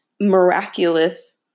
miraculous